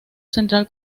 central